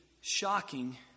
shocking